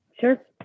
Sure